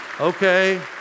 okay